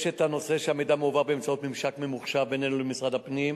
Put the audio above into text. יש הנושא שהמידע מועבר באמצעות ממשק ממוחשב בינינו למשרד הפנים,